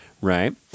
Right